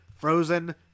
Frozen